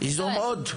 ייזום עוד.